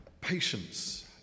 Patience